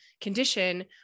condition